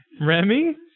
Remy